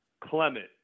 Clement